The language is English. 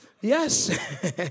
Yes